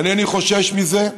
אינני חושש מזה.